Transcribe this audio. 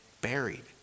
buried